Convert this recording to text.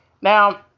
Now